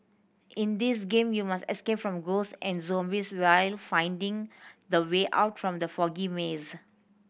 in this game you must escape from ghosts and zombies while finding the way out from the foggy maze